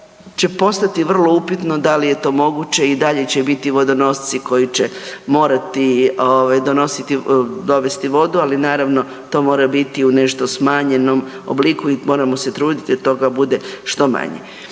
će postati vrlo upitno da li je moguće i dalje će biti vodonosci koji će morati ovaj donositi, dovesti vodu ali naravno to mora biti u nešto smanjenom obliku i moramo se truditi da toga bude što manje.